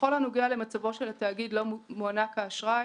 בכל הנוגע למצבו של התאגיד לו מוענק האשראי.